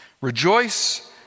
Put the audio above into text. rejoice